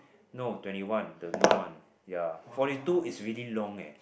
no twenty one the loop one ya forty two is really long eh